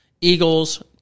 Eagles